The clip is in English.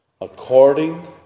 According